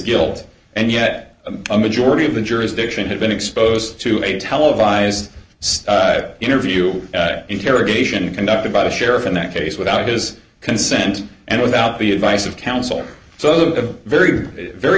guilt and yet a majority of the jurisdiction have been exposed to a televised interview interrogation conducted by the sheriff in that case without his consent and without the advice of counsel so the very very